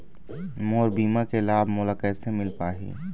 मोर बीमा के लाभ मोला कैसे मिल पाही?